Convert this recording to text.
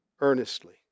earnestly